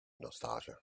nostalgia